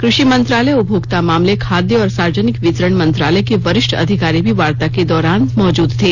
कृषि मंत्रालय उपभोक्ता मामले खाद्य और सार्वजनिक वितरण मंत्रालय के वरिष्ठ अधिकारी भी वार्ता के दौरान मौजूद थे